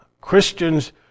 Christians